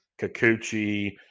Kikuchi